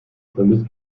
vermisst